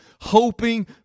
hoping